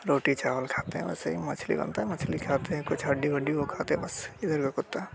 रोटी चावल खाते हैं वैसे ही मछली बनता है मछली खाते हैं कुछ हड्डी वड्डी वो खाते हैं बस इधर के कुत्ते